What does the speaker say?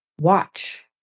Watch